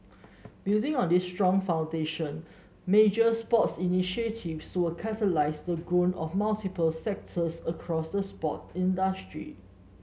building on this strong foundation major sports initiatives will catalyse the growth of multiple sectors across sport industry